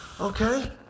Okay